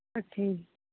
ਅੱਛਾ ਜੀ